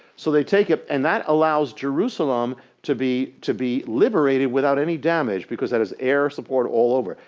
so they take it and that allows jerusalem to be to be liberated without any damage because that is air support all over.